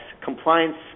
compliance